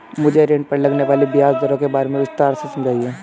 मुझे ऋण पर लगने वाली ब्याज दरों के बारे में विस्तार से समझाएं